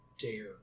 dare